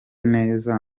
neza